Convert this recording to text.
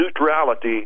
neutrality